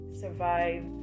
survive